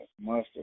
Mustard